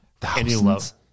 Thousands